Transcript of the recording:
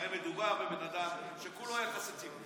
הרי מדובר בבן אדם שכולו יחסי ציבור.